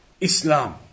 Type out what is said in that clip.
Islam